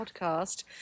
podcast